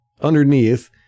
underneath